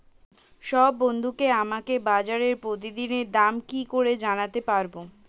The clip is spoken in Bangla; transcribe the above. সব বন্ধুকে আমাকে বাজারের প্রতিদিনের দাম কি করে জানাতে পারবো?